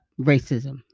racism